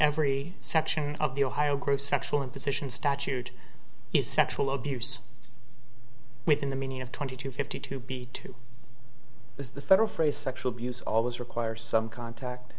every section of the ohio group's sexual imposition statute is sexual abuse within the meaning of twenty two fifty two b two is the federal phrase sexual abuse always requires some contact